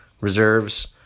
Reserves